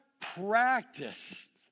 practiced